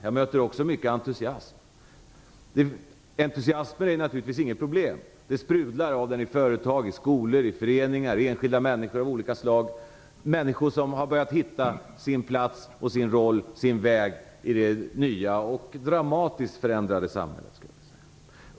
Jag möter också mycket entusiasm. Entusiasm är naturligtvis inget problem. Det sprudlar av den i företag, skolor, föreningar, hos enskilda människor som har börjat hitta sin plats, sin roll och sin väg i det nya och dramatiskt förändrade samhället.